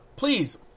Please